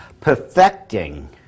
perfecting